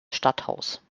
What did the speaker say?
stadthaus